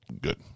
Good